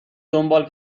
دنبال